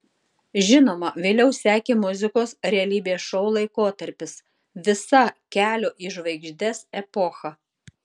žinoma vėliau sekė muzikos realybės šou laikotarpis visa kelio į žvaigždes epocha